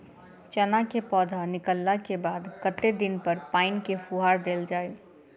चना केँ पौधा निकलला केँ बाद कत्ते दिन पर पानि केँ फुहार देल जाएँ?